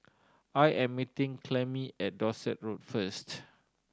I am meeting Clemmie at Dorset Road first